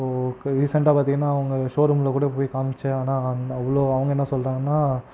இப்போது ரிசன்ட்டாக பார்த்திங்கன்னா அவங்க ஷோரூமில் கூட போய் காண்மிச்சேன் ஆனால் அவ்வுளோ அவங்க என்ன சொல்கிறாங்கனா